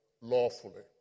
lawfully